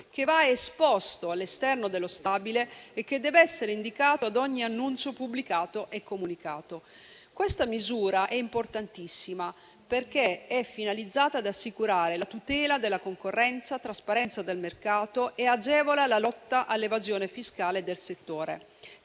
che va esposto all'esterno dello stabile e che deve essere indicato ad ogni annuncio pubblicato e comunicato. Questa misura è importantissima perché è finalizzata ad assicurare la tutela della concorrenza, la trasparenza del mercato e ad agevolare la lotta all'evasione fiscale nel settore;